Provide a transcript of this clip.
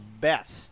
best